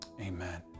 Amen